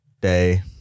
day